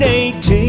18